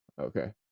okay